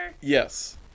Yes